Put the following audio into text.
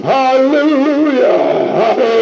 hallelujah